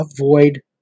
Avoid